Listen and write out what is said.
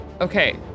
Okay